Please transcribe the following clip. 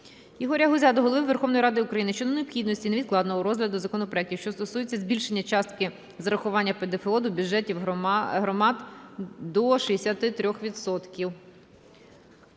Ігоря Гузя до Голови Верховної Ради України щодо необхідності невідкладного розгляду законопроектів, що стосуються збільшення частки зарахування ПДФО до бюджетів громад до 63